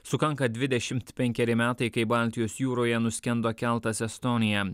sukanka dvidešimt penkeri metai kai baltijos jūroje nuskendo keltas estonia